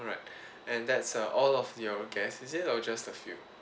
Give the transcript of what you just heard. alright and that's all of your guests is it or just a few